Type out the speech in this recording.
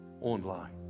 online